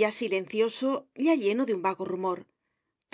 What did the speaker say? ya silencioso ya lleno de un vago rumor